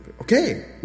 Okay